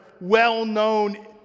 well-known